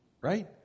right